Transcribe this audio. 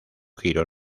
giro